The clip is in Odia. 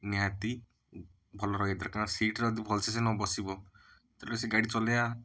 ନିହାତି ଭଲ ରହିବା ଟା ସିଟ୍ଟା ଯଦି ଭଲସେ ସେ ନ ବସିବ ତେଣୁ ସେ ଗାଡ଼ି ଚଳାଇବା